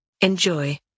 Enjoy